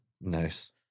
Nice